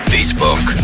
Facebook